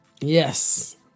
Yes